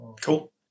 Cool